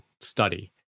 study